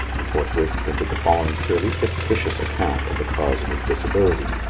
and forthwith printed the following purely fictitious account of the cause of his disability.